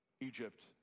egypt